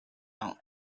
out